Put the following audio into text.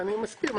אני מסכים.